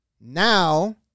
now